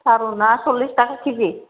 थारुनआ सरलिस थाखा केजि